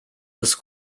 ist